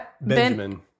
Benjamin